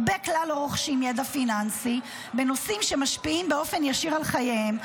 הרבה כלל לא רוכשים ידע פיננסי בנושאים שמשפיעים באופן ישיר על חייהם,